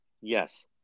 Yes